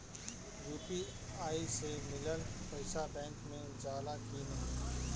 UPI से मिलल पईसा बैंक मे जाला की नाहीं?